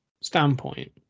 standpoint